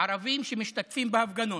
ערבים שמשתתפים בהפגנות,